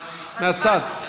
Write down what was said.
מהצד.